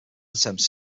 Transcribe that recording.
attempts